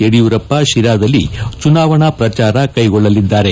ಯಡಿಯೂರಪ್ಪ ಶಿರಾದಲ್ಲಿ ಚುನಾವಣಾ ಪ್ರಚಾರ ಕೈಗೊಳ್ಳಲಿದ್ದಾರೆ